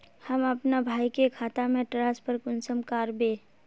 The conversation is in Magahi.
हम अपना भाई के खाता में ट्रांसफर कुंसम कारबे?